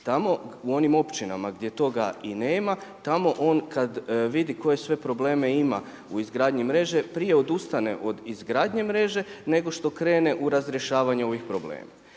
Tamo, u onim općinama gdje toga i nema, tamo on kada vidi koje sve probleme ima u izgradnji mreže prije odustane od izgradnje mreže nego što krene u razrješavanje ovih problema.